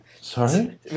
Sorry